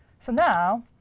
so now,